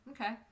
Okay